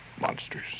monsters